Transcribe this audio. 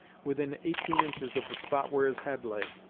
within eighteen inches of the spot where his head lay.